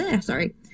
sorry